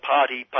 Party